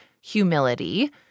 humility